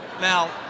Now